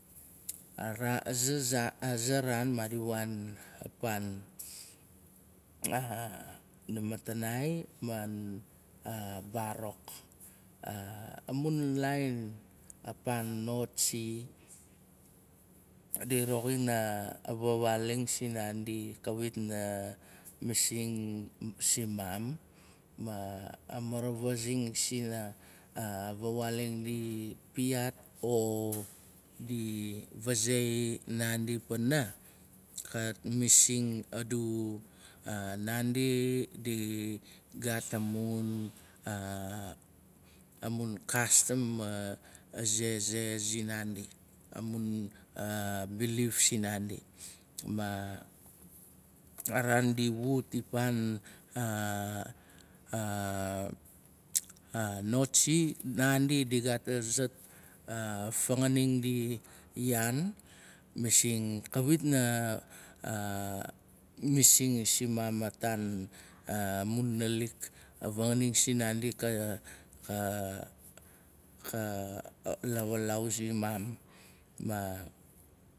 a za raan maadi waan pan namatanai man barok. A mun lain apan notsi, di roxin a va waaling sin naandi kawit na masing simaam. Ma amaravasing sina fawaaling di piat o di fazei naandi pana, kat masing adu naandi di gaat amun kastam ma ze. ze sin naandi. amun bilif sinaandi. Ma raan di wut ipan notsi. naandi di gaat azat fanganing di yaan masing kawit na masing simam afan amun nalik. A vanganing sinandi ka la waalau simam.